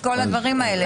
את כל הדברים האלה.